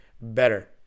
better